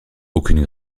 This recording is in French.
aucune